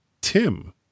Tim